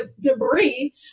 debris